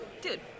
Dude